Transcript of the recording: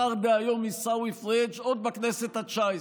השר דהיום, עיסאווי פריג', עוד בכנסת התשע-עשרה,